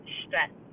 stress